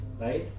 right